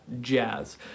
jazz